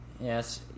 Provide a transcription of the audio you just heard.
Yes